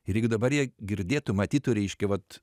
ir jeigu dabar jie girdėtų matytų reiškia vat